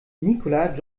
nicola